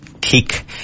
kick